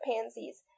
pansies